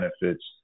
benefits